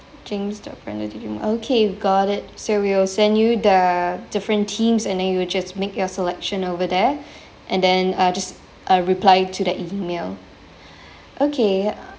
james dot okay got it so we will send you the different themes and then you will just make your selection over there and then uh just uh reply to that email okay